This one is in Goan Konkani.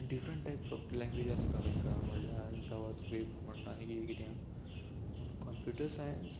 डिफरंट टायप्स ऑफ लँग्वेज आसता तेंकां म्हणल्यार जावा स्क्रिप्ट म्हण आनी किदें किदें पूण कंप्युटर सायन्स